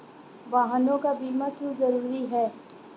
वाहनों का बीमा क्यो जरूरी है?